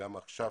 גם עכשיו,